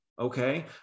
okay